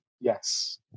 Yes